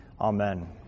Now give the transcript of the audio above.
Amen